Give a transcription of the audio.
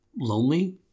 lonely